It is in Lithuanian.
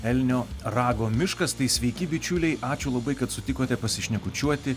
elnio rago miškas tai sveiki bičiuliai ačiū labai kad sutikote pasišnekučiuoti